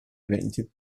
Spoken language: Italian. eventi